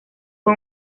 fue